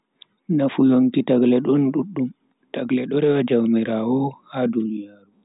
Nafu yonki tagle don duddum, tagle do rewa jaumiraawo ha duniyaaru.